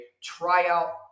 tryout